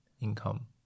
income